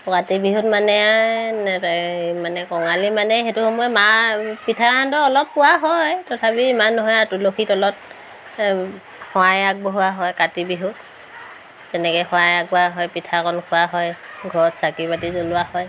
কাতি বিহুত মানে এই মানে কঙালী মানে সেইটো সময়ত মাহ পিঠা সান্দহ অলপ পোৱা হয় তথাপি ইমান নহয় আৰু তুলসী তলত শৰাই আগবঢ়োৱা হয় কাতি বিহুক তেনেকৈ শৰাই আগবঢ়োৱা হয় পিঠাকণ খোৱা হয় ঘৰত চাকি বাতি জ্বলোৱা হয়